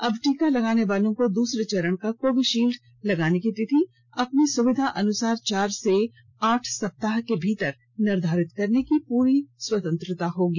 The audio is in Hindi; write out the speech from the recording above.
अब टीका लगवाने वालों को दूसरे चरण का कोविशील्ड लगाने की तिथि अपनी सुविधानुसार चार से आठ सप्ताह के भीतर निर्धारित करने की पूरी स्वतंत्रता होगी